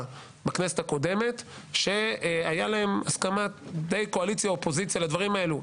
בכנסת הקודמת שהיה להם די הסכמה באופוזיציה וקואליציה לדברים האלו.